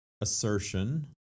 assertion